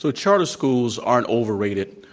so charter schools aren't overrated.